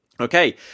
Okay